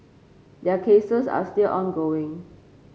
their cases are still ongoing